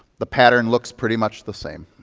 the pattern looks pretty much the same.